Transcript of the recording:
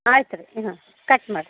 ಆಯ್ತು ರೀ ಹಾಂ ಕಟ್ ಮಾಡಿ